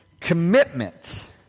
Commitment